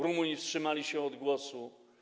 Rumuni wstrzymali się od głosu.